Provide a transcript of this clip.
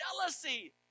jealousy